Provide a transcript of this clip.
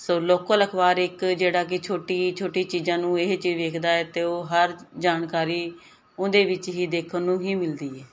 ਸੋ local ਅਖਬਾਰ ਇੱਕ ਜਿਹੜਾ ਕਿ ਛੋਟੀ ਛੋਟੀ ਚੀਜ਼ਾਂ ਨੂੰ ਇਹ ਚੀਜ਼ ਵੇਖਦਾ ਏ ਤੇ ਉਹ ਹਰ ਜਾਣਕਾਰੀ ਉਹਦੇ ਵਿੱਚ ਹੀ ਦੇਖਣ ਨੂੰ ਹੀ ਮਿਲਦੀ ਏ